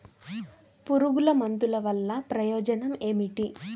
పురుగుల మందుల వల్ల ప్రయోజనం ఏమిటీ?